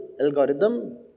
algorithm